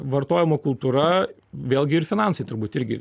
vartojimo kultūra vėlgi ir finansai turbūt irgi